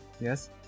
Yes